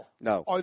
No